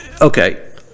Okay